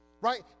Right